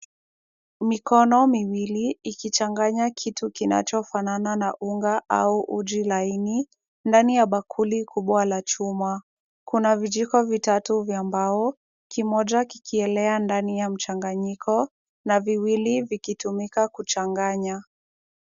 Mikono miwili ikichanganya kitu kinachofanana na unga au uji laini, ndani ya bakuli kubwa la chuma. Kuna vijiko vitatu vya mbao, kimoja kikielea ndani ya mchanganyio, na viwili vikitumika kuchanganya.